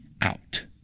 out